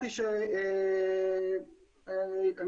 אנחנו